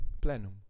plenum